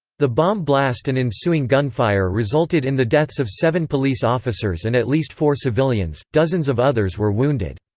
the bomb blast and ensuing gunfire resulted in the deaths of seven police officers and at least four civilians dozens of others were wounded.